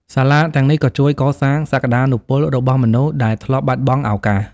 សាលាទាំងនេះក៏ជួយកសាងសក្តានុពលរបស់មនុស្សដែលធ្លាប់បាត់បង់ឱកាស។